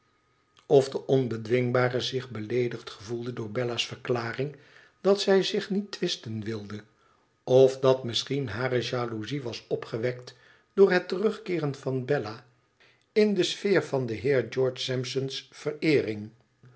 of de onbedwingbare zich beleedigd gevoelde door bella's verklaring dat zij niet twisten wilde of dat misschien hare jaloezie was opgewekt door het terugkeeren van bella in de sfeer van den heer george sampson's vereering